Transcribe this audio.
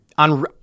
On